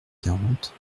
quarante